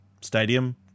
Stadium